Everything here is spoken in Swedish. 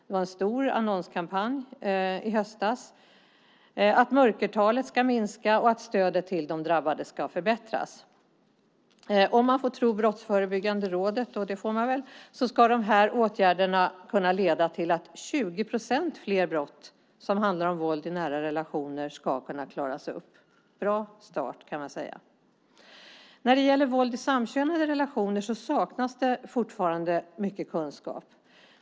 Man hade en stor annonskampanj i höstas, och man arbetar för att mörkertalet ska minska och för att stödet till de drabbade ska förbättras. Om man får tro Brottsförebyggande rådet - och det får man väl - ska åtgärderna kunna leda till att 20 procent fler brott som handlar om våld i nära relationer ska kunna klaras upp. Det är en bra start, kan man säga. När det gäller våld i samkönade relationer saknas fortfarande mycket kunskap.